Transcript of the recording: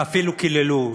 ואפילו קיללו,